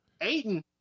Aiden